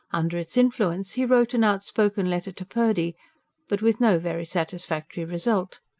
under its influence he wrote an outspoken letter to purdy but with no very satisfactory result.